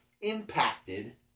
impacted